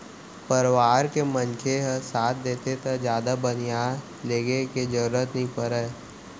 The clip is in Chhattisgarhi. परवार के मनखे ह साथ देथे त जादा बनिहार लेगे के जरूरते नइ परय